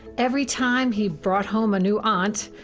every time he brought home a new aunt,